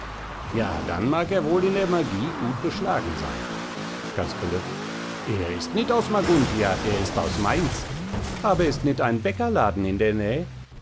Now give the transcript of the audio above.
ja dann mag er wohl in der magie gut beschlagen sein casperle er ist nit aus maguntia er ist aus mainz aber ist nit ein bäckerladen in der näh